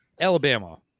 Alabama